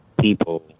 people